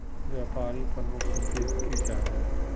व्यापारी प्रमुख उद्देश्य की जाहा?